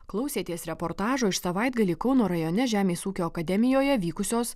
klausėtės reportažo iš savaitgalį kauno rajone žemės ūkio akademijoje vykusios